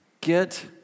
Get